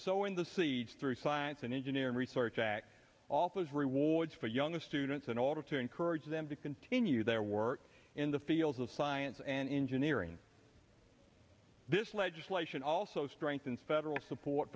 sowing the seeds through science and engineering research all those rewards for younger students in order to encourage them to continue their work in the fields of science and engineering this legislation also strengthens federal support